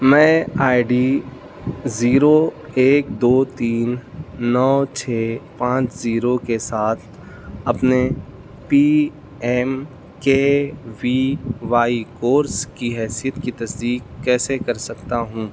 میں I D zero ایک دو تین نو چھ پانچ زیرو کے ساتھ اپنے P M K V Y course کی حیثیت کی تصدیق کیسے کر سکتا ہوں